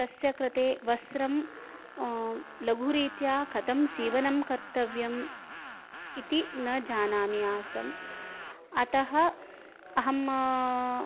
तस्य कृते वस्त्रं लघुरीत्या कथं सीवनं कर्तव्यम् इति न जानामि आसम् अतः अहं